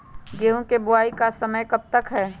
गेंहू की बुवाई का समय कब तक है?